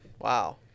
Wow